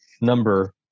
number